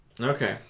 Okay